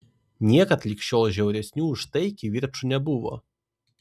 niekad lig šiol žiauresnių už tai kivirčų nebuvo